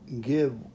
give